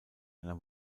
einer